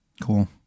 Cool